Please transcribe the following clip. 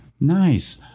Nice